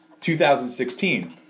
2016